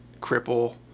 cripple